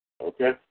Okay